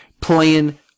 playing